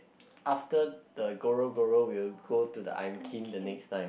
after the Goro Goro we will go to the I'm Kim next time